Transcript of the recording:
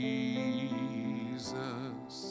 Jesus